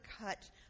cut